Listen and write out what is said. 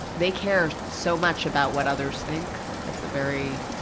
they care so much about what others think, like that's a very